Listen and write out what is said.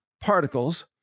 particles